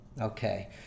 okay